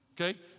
okay